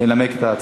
אין נמנעים.